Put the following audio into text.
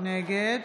נגד